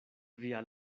via